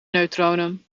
neutronen